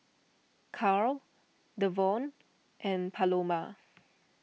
Carl Devaughn and Paloma